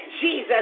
Jesus